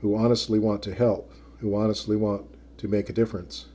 who honestly want to help who want to slee want to make a difference